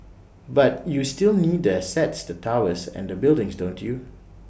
but you still need the assets the towers and the buildings don't you